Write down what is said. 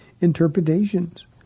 interpretations